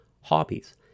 hobbies